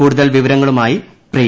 കൂടുതൽ വിവരങ്ങളുമായി പ്രിയ